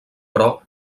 però